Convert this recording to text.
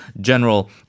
general